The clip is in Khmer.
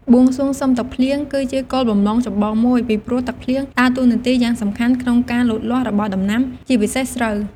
បួងសួងសុំទឹកភ្លៀង គឺជាគោលបំណងចម្បងមួយ ពីព្រោះទឹកភ្លៀងដើរតួនាទីយ៉ាងសំខាន់ក្នុងការលូតលាស់របស់ដំណាំ ជាពិសេសស្រូវ។